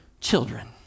children